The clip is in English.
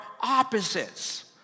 opposites